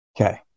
Okay